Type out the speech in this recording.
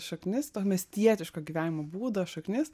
šaknis to miestietiško gyvenimo būdo šaknis